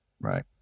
Right